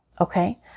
Okay